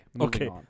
okay